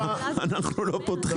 אנחנו לא פותחים.